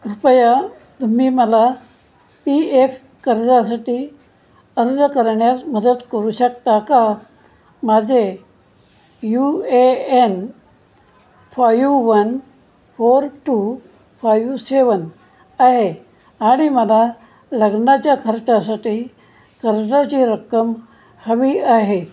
कृपया तुम्ही मला पी एफ कर्जासाठी अर्ज करण्यास मदत करू शकता का माझे UAN five one four two five seven आहे आणि मला लग्नाच्या खर्चासाठी कर्जाची रक्कम हवी आहे